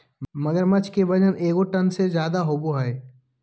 मगरमच्छ के वजन एगो टन से ज्यादा होबो हइ